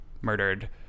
murdered